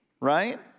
right